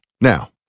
Now